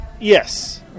Yes